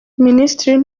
minisitiri